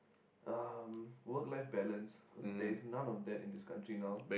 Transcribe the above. um work life balance cause there is none of that in this country now